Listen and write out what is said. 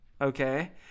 Okay